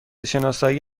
شناسایی